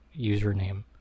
username